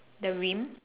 the rim